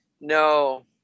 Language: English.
No